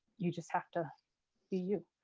you just have to be you.